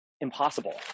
impossible